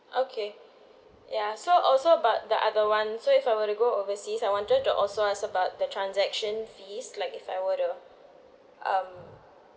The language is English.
okay ya so also but the other one so if I were to go overseas I wanted to also ask about the transaction fees like if I were to um